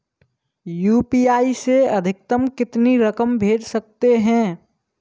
UPI से अधिकतम कितनी रकम भेज सकते हैं?